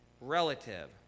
relative